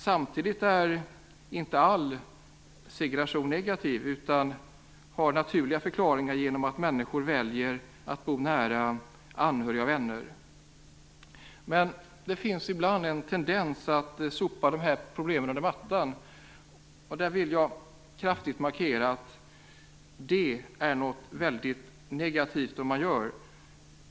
Samtidigt är inte all segregation negativ. Den kan ha naturliga förklaringar genom att människor väljer att bo nära anhöriga och vänner. Men ibland finns det en tendens att sopa de här problemen under mattan, och där vill jag kraftigt markera att detta är något mycket negativt.